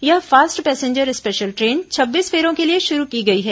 यह fast passenger special train छब्बीस फेरों के लिए शुरू की गई है